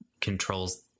controls